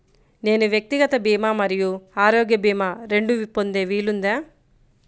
నేను వ్యక్తిగత భీమా మరియు ఆరోగ్య భీమా రెండు పొందే వీలుందా?